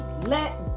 let